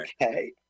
Okay